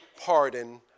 pardon